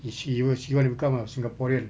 is she wa~ she want to become a singaporean